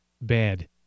bad